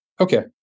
Okay